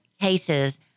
cases